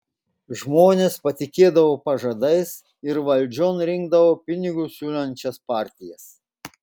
žmonės patikėdavo pažadais ir valdžion rinkdavo pinigus siūlančias partijas